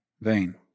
vain